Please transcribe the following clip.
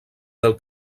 del